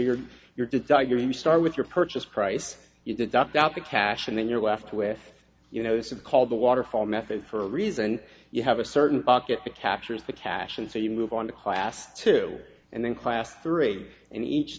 you're here to tell you start with your purchase price you deduct out the cash and then you're left with you know this is called the waterfall method for a reason you have a certain bucket that captures the cash and so you move on to class two and then class three and each